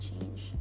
change